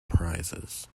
prizes